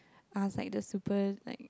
ask like the supers like